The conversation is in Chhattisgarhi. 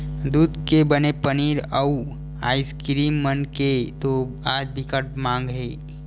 दूद के बने पनीर, अउ आइसकीरिम मन के तो आज बिकट माग हे